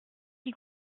qui